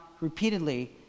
repeatedly